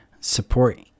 support